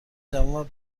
جوان